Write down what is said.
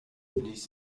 ließ